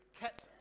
kept